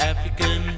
African